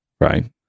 right